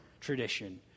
tradition